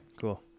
Cool